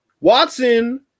Watson